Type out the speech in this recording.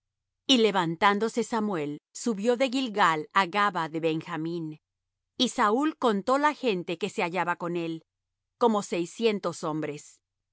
y levantándose samuel subió de gilgal á gabaa de benjamín y saúl contó la gente que se hallaba con él como seiscientos hombres